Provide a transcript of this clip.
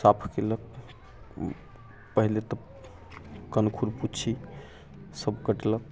साफ केलक पहिले तऽ कनखुर पूच्छी सब कटलक